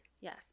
Yes